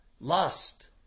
lust